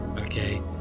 Okay